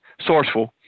sourceful